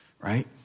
right